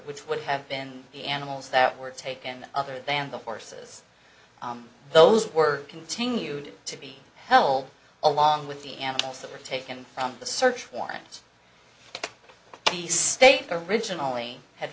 which would have been the animals that were taken other than the horses those were continued to be held along with the animals that were taken from the search warrant the state originally had